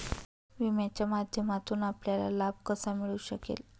विम्याच्या माध्यमातून आपल्याला लाभ कसा मिळू शकेल?